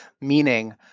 meaning